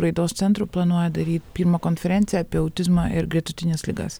raidos centru planuoja daryt pirmą konferenciją apie autizmą ir gretutines ligas